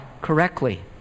correctly